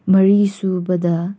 ꯃꯔꯤꯁꯨꯕꯗ